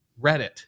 reddit